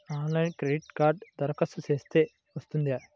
ఆన్లైన్లో క్రెడిట్ కార్డ్కి దరఖాస్తు చేస్తే వస్తుందా?